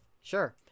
Sure